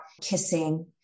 kissing